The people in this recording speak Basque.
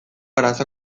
arazoa